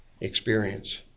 experience